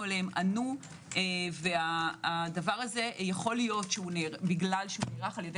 עליהם ענו והדבר הזה יכול להיות שבגלל שנערך על-ידי